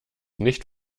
nicht